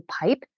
pipe